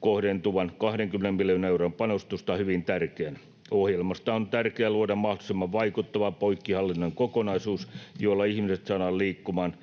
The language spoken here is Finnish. kohdentuvaa 20 miljoonan euron panostusta hyvin tärkeänä. Ohjelmasta on tärkeää luoda mahdollisimman vaikuttava poikkihallinnollinen kokonaisuus, jolla ihmiset saadaan liikkumaan